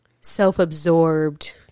self-absorbed